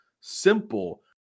simple